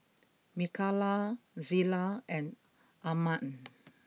Mikaila Zela and Armand